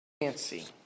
fancy